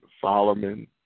Solomon